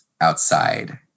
outside